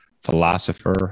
philosopher